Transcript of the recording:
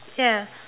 ya